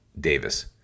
Davis